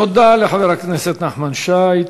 תודה לחבר הכנסת נחמן שי.